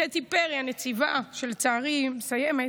ולקטי פרי, הנציבה, שלצערי מסיימת,